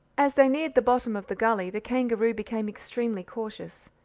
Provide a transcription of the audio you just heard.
as they neared the bottom of the gully the kangaroo became extremely cautious.